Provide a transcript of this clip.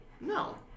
No